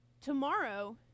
tomorrow